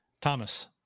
Thomas